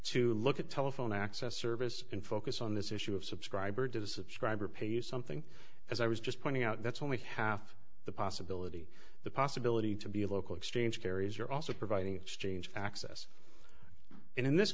to look at telephone access service and focus on this issue of subscriber disappear pay you something as i was just pointing out that's only half the possibility the possibility to be a local exchange carriers you're also providing exchange access and in this